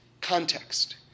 context